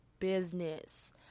business